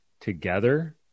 together